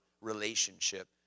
relationship